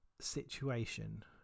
situation